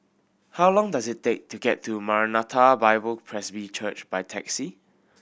how long does it take to get to Maranatha Bible Presby Church by taxi